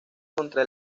contra